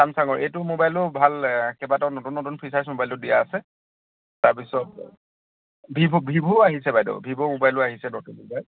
ছামছাঙৰ এইটো মোবাইলো ভাল কেইবাটাও নতুন নতুন ফিচাৰছ মোবাইলটোত দিয়া আছে তাৰপিছত ভিভ' ভিভ'ও আহিছে বাইদ' ভিভ' মোবাইলো আহিছে নতুনকৈ